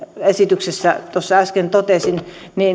tuossa äsken totesin